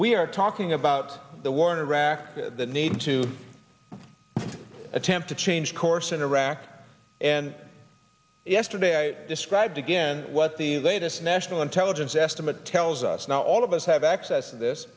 we are talking about the war in iraq the need to attempt to change course in iraq and yesterday i described again what the latest national intelligence estimate tells us now all of us have access to this